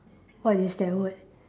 what is that word